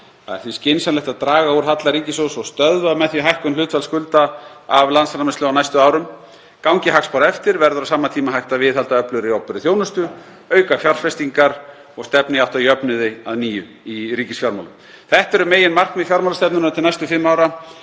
því skynsamlegt að draga úr halla ríkissjóðs og stöðva með því hækkun hlutfalls skulda af landsframleiðslu á næstu árum. Gangi hagspár eftir verður á sama tíma hægt að viðhalda öflugri opinberri þjónustu, auka fjárfestingar ríkisins og stefna í átt að jöfnuði að nýju í ríkisfjármálunum. Þetta eru meginmarkmið fjármálastefnunnar til næstu fimm ára.